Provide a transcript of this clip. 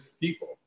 people